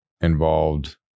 involved